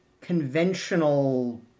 conventional